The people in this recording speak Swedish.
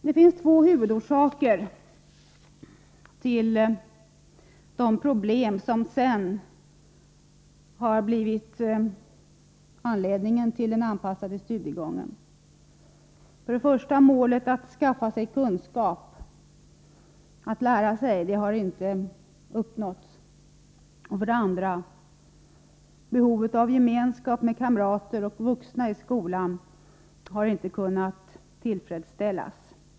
Det finns två huvudorsaker till de problem som har blivit anledningen till den anpassade studiegången. För det första har målet att skaffa sig kunskap, att lära sig, inte kunnat uppnås. För det andra har behovet av gemenskap med kamrater och vuxna i skolan inte kunnat tillgodoses.